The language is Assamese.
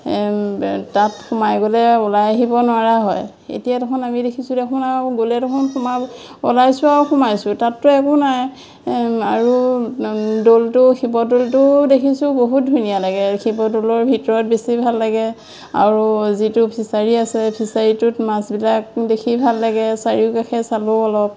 তাত সোমাই গ'লে ওলাই আহিব নোৱাৰা হয় এতিয়া দেখোন আমি দেখিছোঁ দেখোন আও গ'লে তোমা ওলাইছোঁ আৰু সোমাইছোঁ তাতটো একো নাই আৰু দৌলটো শিৱ দৌলটোও দেখিছোঁ বহুত ধুনীয়া লাগে শিৱ দৌলৰ ভিতৰত বেছি ভাল লাগে আৰু যিটো ফিছাৰী আছে ফিছাৰীটোত মাছবিলাক দেখি ভাল লাগে চাৰিওকাষে চালোঁ অলপ